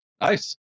Nice